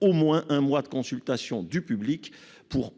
au moins un mois de consultation du public après